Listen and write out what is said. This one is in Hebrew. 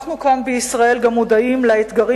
אנחנו כאן בישראל גם מודעים לאתגרים